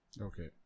Okay